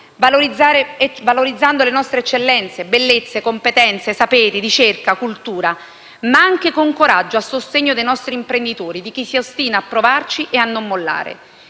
valorizzando le nostre eccellenze, bellezze, competenze, saperi, ricerca e cultura, anche con coraggio, a sostegno dei nostri imprenditori, di chi si ostina a provarci e a non mollare.